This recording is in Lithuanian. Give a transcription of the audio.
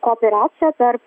kooperacija tarp